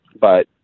But-